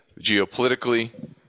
geopolitically